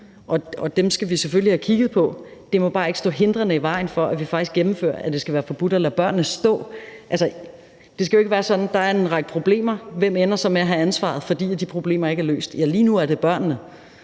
dem skal vi selvfølgelig have kigget på, men det må bare ikke stå hindrende i vejen for, at vi faktisk gennemfører, at det skal være forbudt, at det skal være børnene. Det skal jo ikke være sådan, fordi der er en række problemer, at svaret på, hvem der så ender med at have ansvaret for, at de problemer ikke er blevet løst, er børnene.